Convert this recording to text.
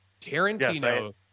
Tarantino